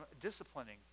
disciplining